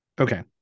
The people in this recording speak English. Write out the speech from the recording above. okay